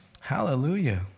Hallelujah